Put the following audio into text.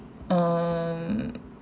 um